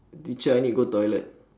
teacher I need go toilet